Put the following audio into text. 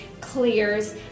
clears